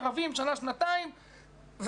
רבים שנה-שנתיים,